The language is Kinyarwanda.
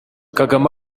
kagame